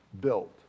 built